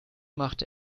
machte